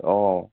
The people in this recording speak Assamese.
অঁ